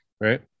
Right